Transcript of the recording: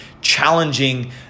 challenging